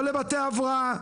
לא לבתי הבראה,